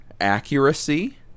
accuracy